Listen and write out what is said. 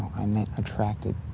i meant, attracted